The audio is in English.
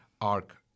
arc